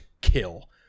kill